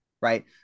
right